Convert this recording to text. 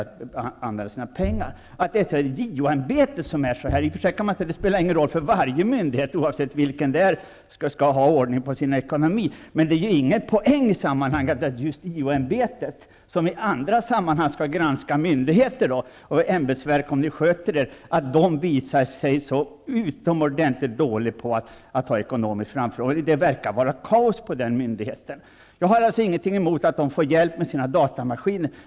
Egentligen spelar det ingen roll vad det är för myndighet. Varje myndighet skall ha ordning på sin ekonomi. Det är i varje fall ingen poäng i att det här gäller JO-ämbetet, som ju i andra sammanhang har att granska hur myndigheter och ämbetsverk sköter sig. JO ämbetet visar alltså på en utomordentligt dålig framförhållning. Det verkar vara kaos på den myndigheten. Jag har ingenting emot att man får hjälp med sina datamaskiner.